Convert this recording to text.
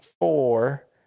four